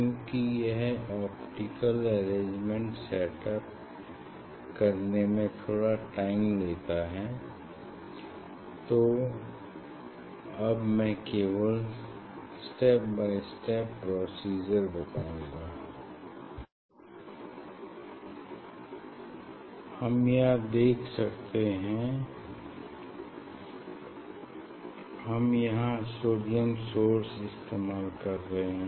क्यूंकि यह optical arrangement set करने में थोड़ा टाइम लेता है तो अब मैं केवल स्टेप बाई स्टेप प्रोसीजर बताऊंगा हम यहाँ देख सकते हैं हम यहाँ सोडियम सोर्स इस्तेमाल कर रहे हैं